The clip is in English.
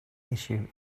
issue